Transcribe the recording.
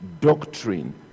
doctrine